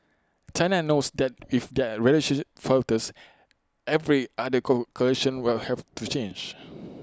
China knows that if that relationship falters every other calculation will have to change